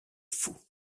fou